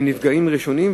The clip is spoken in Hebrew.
הם נפגעים ראשונים.